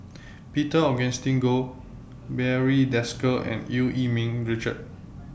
Peter Augustine Goh Barry Desker and EU Yee Ming Richard